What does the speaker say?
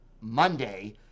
Monday